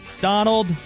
Donald